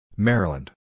Maryland